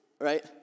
Right